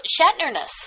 Shatnerness